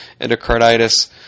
endocarditis